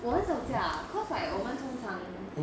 我很少驾 cause like 我们通常